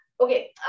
Okay